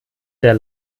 der